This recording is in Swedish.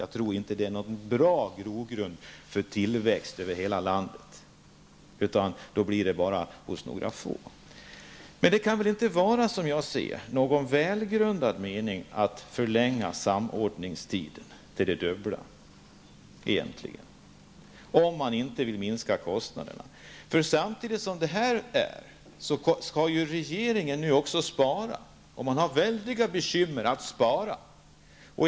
Jag tror inte att vi därmed skulle få en grogrund för tillväxt över hela vårt land. I stället skulle bara några få gynnas. Som jag ser saken kan det egentligen inte vara en välgrundad mening att förlänga samordningstiden, så att denna blir dubbelt så lång som tidigare -- om det nu inte handlar om att man vill minska kostnaderna. Samtidigt skall ju regeringen också spara, och man har väldigt stora bekymmer i det sammanhanget.